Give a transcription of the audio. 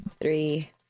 three